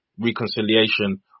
reconciliation